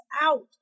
out